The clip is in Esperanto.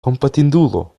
kompatindulo